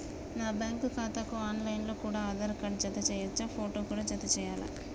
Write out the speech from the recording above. నా బ్యాంకు ఖాతాకు online లో కూడా ఆధార్ కార్డు జత చేయవచ్చా ఫోటో కూడా జత చేయాలా?